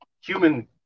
human